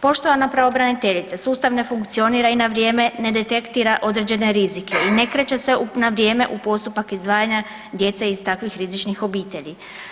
Poštovana pravobraniteljice sustav ne funkcionira i na vrijeme ne detektira određene rizike i ne kreće se na vrijeme u postupak izdvajanja djece iz takvih rizičnih obitelji.